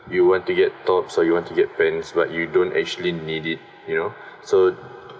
you want to get top so you want to get pants but you don't actually need it you know so